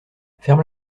ferme